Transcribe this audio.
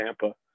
Tampa